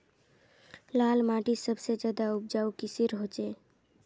लाल माटित सबसे ज्यादा उपजाऊ किसेर होचए?